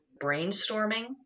brainstorming